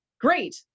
Great